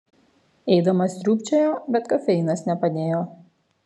eidama sriūbčiojo bet kofeinas nepadėjo